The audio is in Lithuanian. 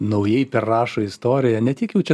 naujai perrašo istoriją ne tiek jau čia